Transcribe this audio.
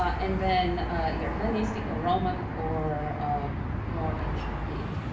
ah and then either hellenistic or roman or more ancient date.